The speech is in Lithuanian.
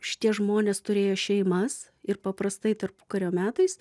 šitie žmonės turėjo šeimas ir paprastai tarpukario metais